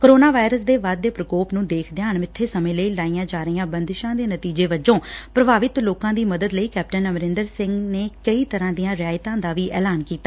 corona virus ਦੇ ਵਧਦੇ ਪੁਕੋਪ ਨੂੰ ਦੇਖਦਿਆਂ ਅਣਮਿੱਥੇ ਸਮੇਂ ਲਈ ਲਾਈਆਂ ਜਾ ਰਹੀਆਂ ਬੰਦਸਾਂ ਦੇ ਨਤੀਜੇ ਵਜੋ ਪ੍ਰਭਾਵਿਤ ਲੋਕਾਂ ਦੀ ਮਦਦ ਲਈ ਕੈਪਟਨ ਅਮਰਿਦਰ ਸਿੰਘ ਨੇ ਕਈ ਤਰੁਾਂ ਦੀਆਂ ਰਿਆਇਤਾਂ ਦਾ ਵੀ ਐਲਾਨ ਕੀਤਾ